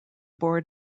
board